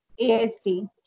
ASD